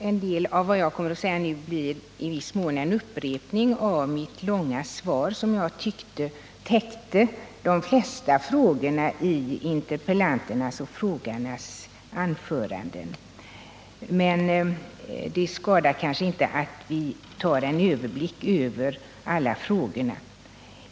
Herr talman! Det jag nu kommer att säga blir i viss mån en upprepning av mitt långa svar, som jag tycker täcker de flesta frågor som ställts i anförandena här i dag. Men det skadar kanske inte att vi får en samlad överblick över alla dessa frågor.